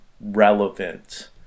relevant